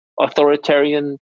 authoritarian